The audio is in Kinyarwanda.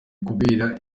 kubera